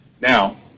Now